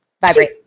vibrate